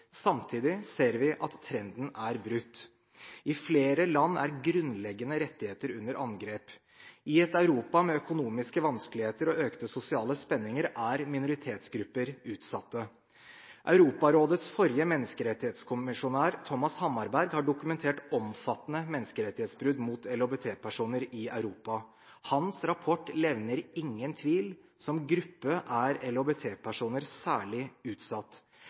Samtidig ser vi at trenden er brutt. I flere land er grunnleggende rettigheter under angrep. I et Europa med økonomiske vanskeligheter og økte sosiale spenninger er minoritetsgrupper utsatte. Europarådets forrige menneskerettighetskommissær, Thomas Hammarberg, har dokumentert omfattende menneskerettighetsbrudd mot LHBT-personer i Europa. Hans rapport levner ingen tvil: Som gruppe er LHBT-personer særlig utsatt.